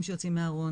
ילדים שיוצאים מהארון,